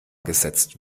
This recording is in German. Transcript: gesetzt